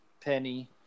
Penny